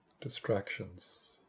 distractions